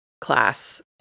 class